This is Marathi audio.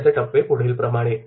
त्याचे टप्पे पुढीलप्रमाणे